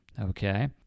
Okay